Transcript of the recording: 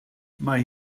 mae